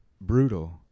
brutal